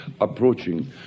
approaching